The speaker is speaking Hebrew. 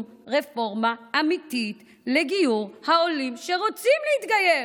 רפורמה אמיתית לגיור העולים שרוצים להתגייר,